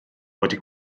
wedi